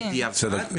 בדיעבד,